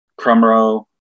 Crumrow